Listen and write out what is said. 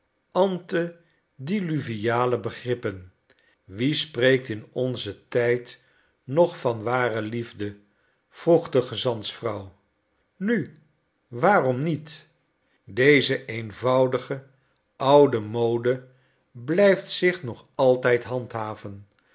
antediluviale begrippen wie spreekt in onzen tijd nog van ware liefde vroeg de gezantsvrouw nu waarom niet deze eenvoudige oude mode blijft zich nog altijd handhaven